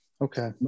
Okay